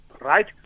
right